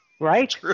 Right